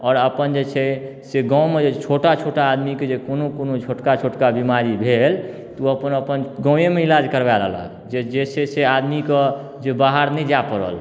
आओर अपन जे छै से गाँवमे जे छोटा छोटा आदमीके जे कोनो कोनो छोटका छोटका बीमारी भेल तऽ ओ अपन अपन गाँवए मे इलाज करबै लेलक जे छै से आदमीके जे बाहर नहि जाय परल